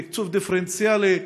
תקצוב דיפרנציאלי.